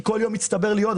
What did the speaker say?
כי כל יום מצטבר לי עוד,